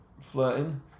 flirting